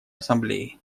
ассамблее